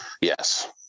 Yes